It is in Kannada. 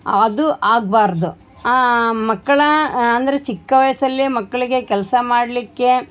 ಅದು ಆಗಬಾರ್ದು ಆ ಮಕ್ಕಳ ಅಂದ್ರೆ ಚಿಕ್ಕ ವಯಸ್ಸಲ್ಲಿ ಮಕ್ಕಳಿಗೆ ಕೆಲಸ ಮಾಡಲಿಕ್ಕೆ